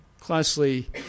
closely